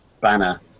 banner